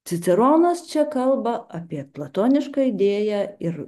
ciceronas čia kalba apie platoniškąją idėją ir